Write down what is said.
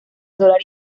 dólar